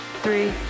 three